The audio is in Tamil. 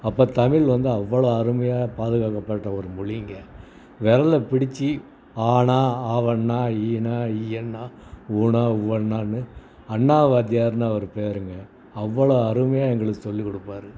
அப்போ தமிழ் வந்து அவ்வளோ அருமையாக பாதுகாக்கப்பட்ட ஒரு மொழிங்க விரல பிடித்து ஆனா ஆவன்னா ஈன்னா ஈயன்னா ஊன்னா ஊவன்னானு அண்ணா வாத்தியார்ன்னு அவர் பேருங்க அவ்வளோ அருமையாக எங்களுக்கு சொல்லிக்கொடுப்பாரு